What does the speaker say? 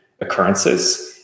occurrences